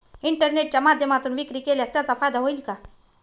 इंटरनेटच्या माध्यमातून विक्री केल्यास त्याचा फायदा होईल का?